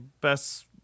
best